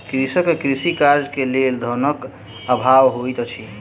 कृषक के कृषि कार्य के लेल धनक अभाव होइत अछि